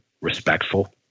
respectful